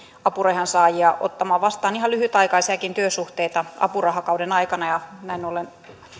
apurahansaajia ottamaan vastaan ihan lyhytaikaisiakin työsuhteita apurahakauden aikana ja näin ollen